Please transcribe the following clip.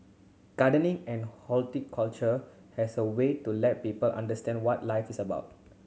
gardening and horticulture has a way to let people understand what life is about